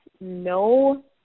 no